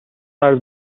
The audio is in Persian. قرض